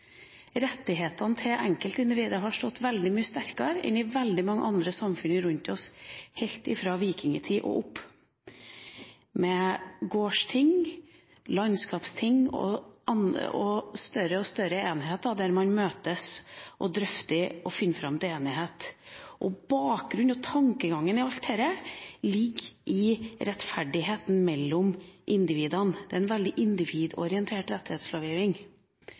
Rettighetene til enkeltindividet har stått veldig mye sterkere enn i veldig mange andre samfunn rundt oss – helt fra vikingtida og opp til nå – med gårdsting, landskapsting og større og større enheter, der man møtes og drøfter og finner fram til enighet. Bakgrunnen for og tankegangen i alt dette ligger i rettferdigheten mellom individene. Det er en veldig individorientert rettighetslovgiving.